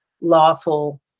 lawful